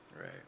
right